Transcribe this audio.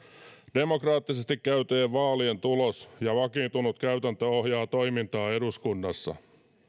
demokraattisesti käytyjen vaalien tulos ja vakiintunut käytäntö ohjaavat toimintaa eduskunnassa